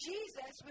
Jesus